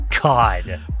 God